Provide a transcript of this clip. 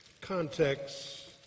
context